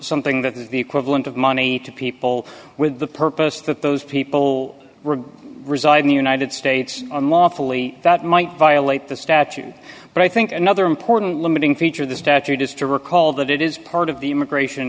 something that is the equivalent of money to people with the purpose that those people were reside in the united states unlawfully that might violate the statute but i think another important limiting feature of the statute is to recall that it is part of the immigration